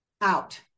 out